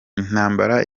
intambara